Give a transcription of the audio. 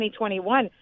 2021